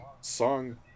song